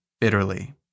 bitterly